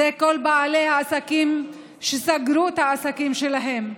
זה כל בעלי העסקים שסגרו את העסקים שלהם,